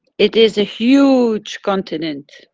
it is huge continent.